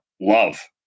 Love